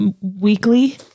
weekly